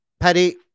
Paddy